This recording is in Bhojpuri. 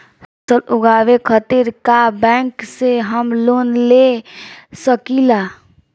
फसल उगावे खतिर का बैंक से हम लोन ले सकीला?